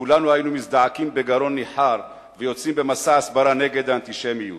כולנו היינו מזדעקים בגרון ניחר ויוצאים במסע הסברה נגד האנטישמיות,